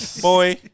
Boy